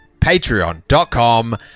patreon.com